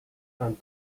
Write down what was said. end